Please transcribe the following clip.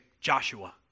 Joshua